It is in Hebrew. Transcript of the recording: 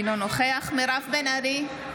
אינו נוכח מירב בן ארי,